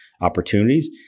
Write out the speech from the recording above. opportunities